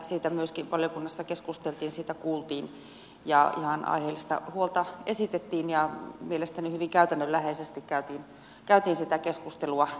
siitä myöskin valiokunnassa keskusteltiin siitä kuultiin ja ihan aiheellista huolta esitettiin ja mielestäni hyvin käytännönläheisesti käytiin sitä keskustelua